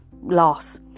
loss